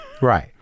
Right